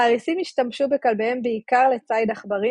האריסים השתמשו בכלביהם בעיקר לציד עכברים,